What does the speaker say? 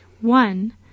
One